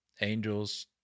Angels